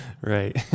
right